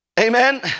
Amen